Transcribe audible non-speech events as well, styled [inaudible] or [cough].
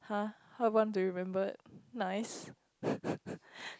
!huh! how I want to remembered nice [laughs]